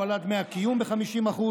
הועלו דמי הקיום ב-50%,